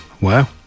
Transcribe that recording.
Wow